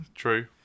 True